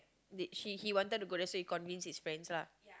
did she he wanted to go there so he convinced his friends lah